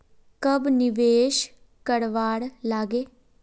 कब निवेश करवार लागे?